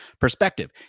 perspective